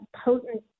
potent